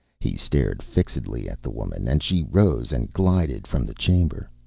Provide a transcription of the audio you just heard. he stared fixedly at the woman, and she rose and glided from the chamber.